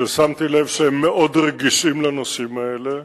ששמתי לב שהם מאוד רגישים לנושאים האלה,